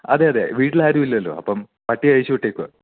അതെ അതെ വീട്ടിൽ ആരുമില്ലല്ലോ അപ്പം പട്ടിയെ അഴിച്ച് വിട്ടേക്കുവാണ്